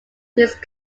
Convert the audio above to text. these